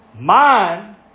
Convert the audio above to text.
mind